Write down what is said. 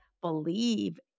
believe